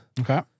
Okay